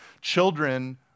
children